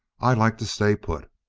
i like to stay put.